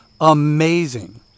amazing